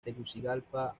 tegucigalpa